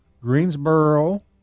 greensboro